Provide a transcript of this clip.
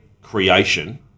creation